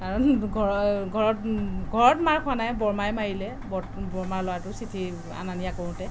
কাৰণ ঘৰত ঘৰত ঘৰত মাৰ খোৱা নাই বৰমায়ে মাৰিলে বৰ বৰমাৰ ল'ৰাটোৰ চিঠি অনা নিয়া কৰোঁতে